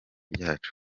ryacu